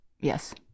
yes